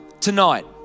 tonight